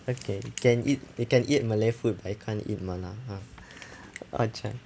okay you can eat you can eat malay food you can't eat mala !huh!